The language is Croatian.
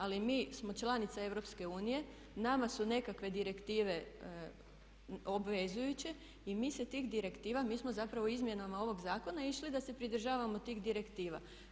Ali mi smo članica EU, nama su nekakve direktive obvezujuće i mi se tih direktiva, mi smo zapravo izmjenama ovog zakona išli da se pridržavamo tih direktiva.